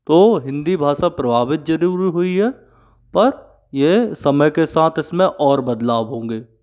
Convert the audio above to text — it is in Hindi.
तो हिंदी भाषा प्रभावित ज़रूर हुई है पर यह समय के साथ इसमें और बदलाव होंगे